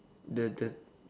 the the